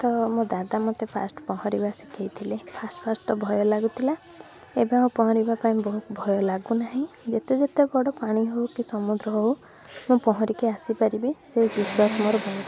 ତ ମୋ ଦାଦା ମୋତେ ଫାର୍ଷ୍ଟ୍ ପହଁରିବା ଶିଖେଇଥିଲେ ଫାର୍ଷ୍ଟ୍ ଫାର୍ଷ୍ଟ୍ ତ ଭୟ ଲାଗୁଥିଲା ଏବେ ଆଉ ପହଁରିବା ପାଇଁ ବହୁତ୍ ଭୟ ଲାଗୁ ନାହିଁ ଯେତେ ଯେତେ ବଡ ପାଣି ହେଉ କି ସମୁଦ୍ର ହେଉ ମୁଁ ପହଁରିକି ଆସିପାରିବି ସେ ବିଶ୍ଵାସ ମୋର